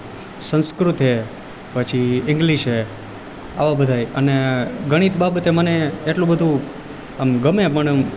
સંસ્કૃત છે પછી ઈંગ્લીશ છે આવા બધાં અને ગણિત બાબતે મને એટલું બધું આમ ગમે પણ